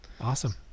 awesome